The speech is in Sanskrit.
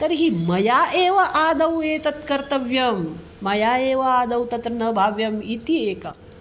तर्हि मया एव आदौ एतत् कर्तव्यं मया एव आदौ तत्र न भाव्यम् इति एकः